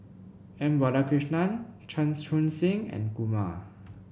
M Balakrishnan Chan Chun Sing and Kumar